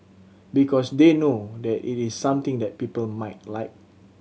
because they know that it is something that people might like